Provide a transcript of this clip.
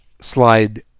slide